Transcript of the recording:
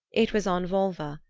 it was on volva,